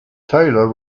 taylor